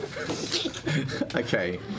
okay